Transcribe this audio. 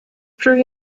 true